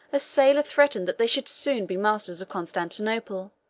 a sailor threatened that they should soon be masters of constantinople,